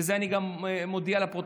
ואת זה אני מודיע לפרוטוקול,